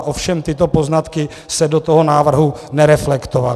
Ovšem tyto poznatky se do toho návrhu nereflektovaly.